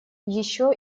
еще